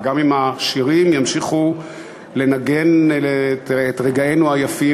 וגם אם השירים ימשיכו לנגן את רגעינו היפים